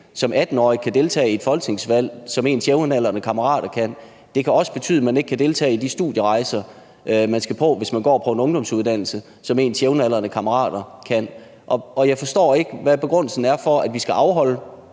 som 18-årig kan deltage i et folketingsvalg, som ens jævnaldrende kammerater kan, og det kan også betyde, at man ikke kan deltage i de studierejser, man skal på, hvis man går på en ungdomsuddannelse, som ens jævnaldrende kammerater kan. Og jeg forstår ikke, hvad begrundelsen er for, at vi skal afholde